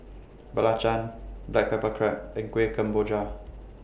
Belacan Black Pepper Crab and Kueh Kemboja